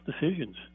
decisions